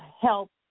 help